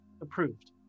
approved